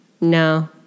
no